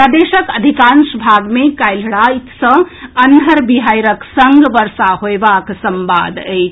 प्रदेशक अधिकांश भाग मे काल्हि राति सँ अन्हर बिहाड़िक संग वर्षा होएबाक संवाद अछि